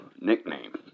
nickname